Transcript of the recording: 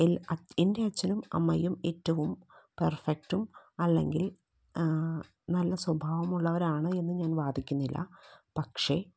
L എൻ്റെ അച്ഛനും അമ്മയും ഏറ്റവും പെർഫക്റ്റും അല്ലെങ്കിൽ നല്ല സ്വഭാവമുള്ളവരാണ് എന്ന് ഞാൻ വാദിക്കുന്നില്ല പക്ഷേ